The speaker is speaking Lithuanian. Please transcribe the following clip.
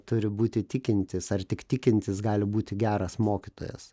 turi būti tikintis ar tik tikintis gali būti geras mokytojas